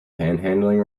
panhandling